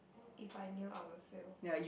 if I knew I will fail